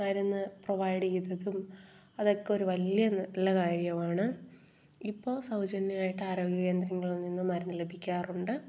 മരുന്ന് പ്രൊവൈഡ് ചെയ്തതും അതൊക്കെ ഒരു വലിയ നല്ല കാര്യമാണ് ഇപ്പം സൗജന്യമായിട്ട് ആരോഗ്യകേന്ദ്രങ്ങളിൽ നിന്നും മരുന്ന് ലഭിക്കാറുണ്ട്